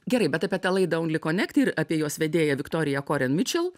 gerai bet apie tą laidą only connect ir apie jos vedėją viktoriją koren mičel